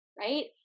Right